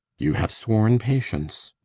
you have sworn patience.